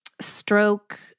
stroke